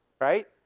Right